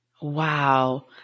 Wow